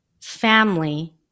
family